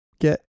get